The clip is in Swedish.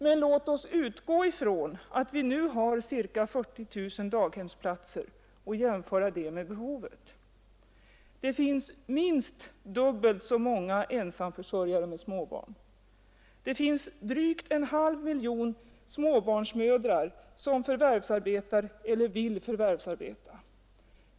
Men låt oss utgå ifrån att vi nu har cirka 40 000 daghemsplatser och jämföra detta antal med behovet. Det finns minst dubbelt så många ensamförsörjare med småbarn. Det finns drygt en halv miljon småbarnsmödrar som förvärvsarbetar eller vill förvärvsarbeta.